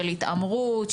של התעמרות,